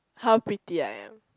how pretty I am